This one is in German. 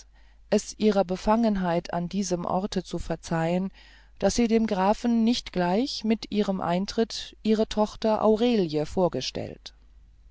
es ihrer befangenheit an diesem orte zu verzeihen daß sie dem grafen nicht gleich bei ihrem eintritt ihre tochter aurelie vorgestellt